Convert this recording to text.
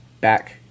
back